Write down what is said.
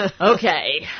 okay